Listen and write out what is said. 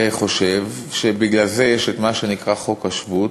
חושב שבגלל זה יש מה שנקרא חוק השבות,